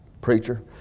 preacher